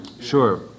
Sure